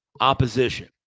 opposition